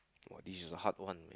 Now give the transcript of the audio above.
!wah! this is a hard one man